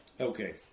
Okay